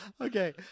Okay